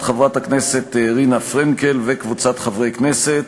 של חברת הכנסת רינה פרנקל וקבוצת חברי הכנסת,